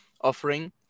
offering